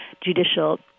judicial